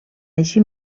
així